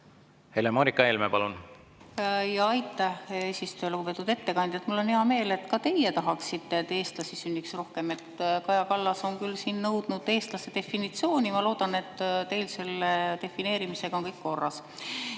Helle-Moonika Helme, palun! Aitäh, hea eesistuja! Lugupeetud ettekandja! Mul on hea meel, et ka teie tahaksite, et eestlasi sünniks rohkem. Kaja Kallas on siin nõudnud eestlase definitsiooni. Ma loodan, et teil on selle defineerimisega kõik korras.